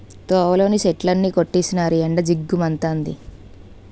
తోవలోని చెట్లన్నీ కొట్టీసినారు ఎండ జిగ్గు మంతంది